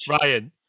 Ryan